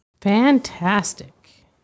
Fantastic